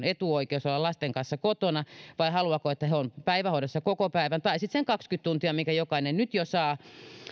etuoikeus olla lasten kanssa kotona vai haluaako että he ovat päivähoidossa koko päivän tai sitten sen kaksikymmentä tuntia minkä jokainen nyt jo saa